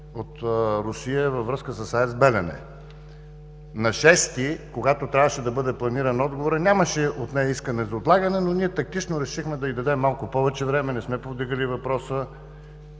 от Русия във връзка с АЕЦ „Белене“. На 6-ти, когато трябваше да бъде планиран отговорът, нямаше от нея искане за отлагане, но ние тактично решихме да й дадем малко повече време, не сме повдигали въпроса.